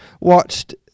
watched